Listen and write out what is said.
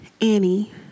Annie